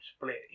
split